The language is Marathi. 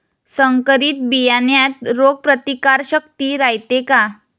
संकरित बियान्यात रोग प्रतिकारशक्ती रायते का?